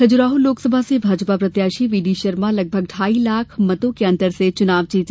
खजुराहो लोकसभा से भाजपा प्रत्याशी वीडी शर्मा लगभग ढाई लाख मतों के अंतर से चुनाव जीते